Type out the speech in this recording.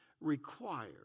required